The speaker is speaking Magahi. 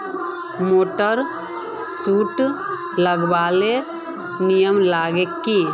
मोटर सुटी लगवार नियम ला की?